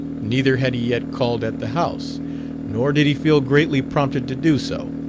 neither had he yet called at the house nor did he feel greatly prompted to do so.